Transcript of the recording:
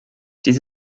dies